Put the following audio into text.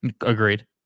Agreed